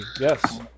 yes